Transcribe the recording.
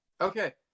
okay